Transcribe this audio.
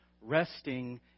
resting